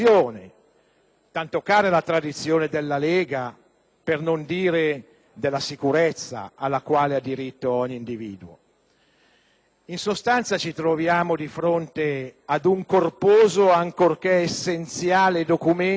tanto care alla tradizione della Lega Nord, per non parlare della sicurezza alla quale ha diritto ogni individuo? In sostanza, ci troviamo di fronte ad un documento corposo, ancorché essenziale, che